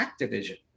Activision